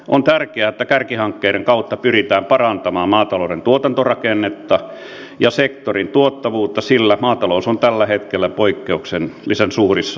on tärkeää että kärkihankkeiden kautta pyritään parantamaan maatalouden tuotantorakennetta ja sektorin tuottavuutta sillä maatalous on tällä hetkellä poikkeuksellisen suurissa ongelmissa